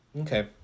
Okay